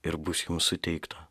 ir bus jums suteikta